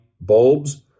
bulbs